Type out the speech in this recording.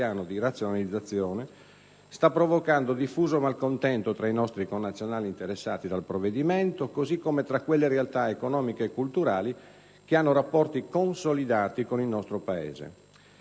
del piano di razionalizzazione sta provocando diffuso malcontento tra i nostri connazionali interessati dal provvedimento, così come tra quelle realtà economiche e culturali che hanno rapporti consolidati con il nostro Paese.